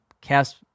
cast